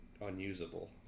unusable